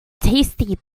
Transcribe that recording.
tasty